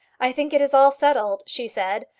i think it is all settled, she said.